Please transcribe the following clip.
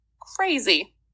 Crazy